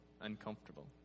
uncomfortable